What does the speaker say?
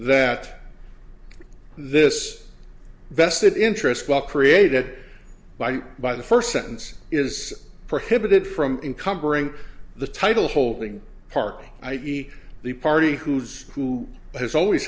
that this vested interest well created by by the first sentence is prohibited from encumbering the title holding part i e the party who's who has always